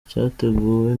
cyateguwe